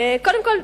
קודם כול,